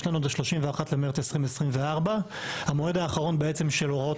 יש לנו עד ה-31 במרץ 2024. המועד האחרון בעצם של הוראות